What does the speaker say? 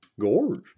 Gorge